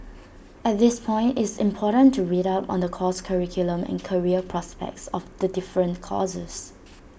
at this point is important to read up on the course curriculum and career prospects of the different courses